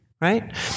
right